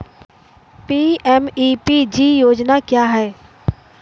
PMEPG योजना क्या है?